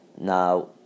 Now